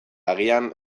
agian